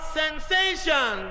sensation